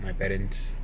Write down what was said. my parents